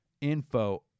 info